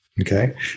Okay